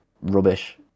rubbish